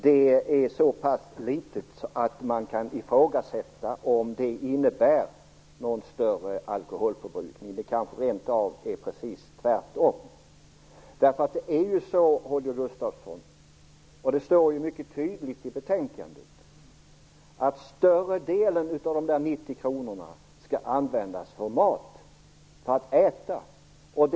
Det är så pass litet att man kan ifrågasätta om det innebär någon större alkoholförbrukning. Det kanske rent av är precis tvärt om. Det är så, Holger Gustafsson, och det står mycket tydligt i betänkandet, att större delen av dessa 90 kr skall användas till mat.